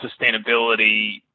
sustainability